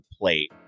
plate